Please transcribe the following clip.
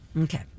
Okay